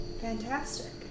Fantastic